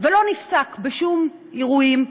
שלא נפסק בשום אירועים.